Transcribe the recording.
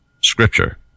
Scripture